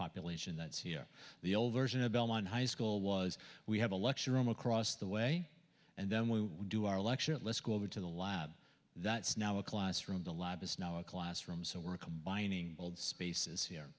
population that's here the old version of belmont high school was we have a lecture room across the way and then we do our lecture at let's go over to the lab that's now a classroom the lab is now a classroom so we're combining spaces here